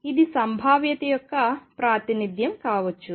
ఇది సంభావ్యత యొక్క ప్రాతినిధ్యం కావచ్చు